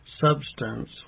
substance